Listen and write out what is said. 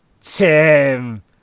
Tim